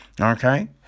Okay